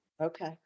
Okay